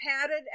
padded